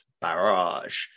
barrage